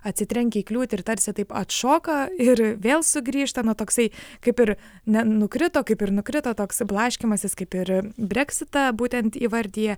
atsitrenkia į kliūtį ir tarsi taip atšoka ir vėl sugrįžta na toksai kaip ir nenukrito kaip ir nukrito toks blaškymasis kaip ir breksitą būtent įvardija